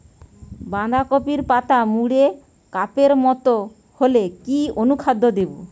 বাঁধাকপির পাতা মুড়ে কাপের মতো হলে কি অনুখাদ্য দেবো?